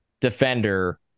defender